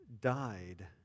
died